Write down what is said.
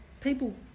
people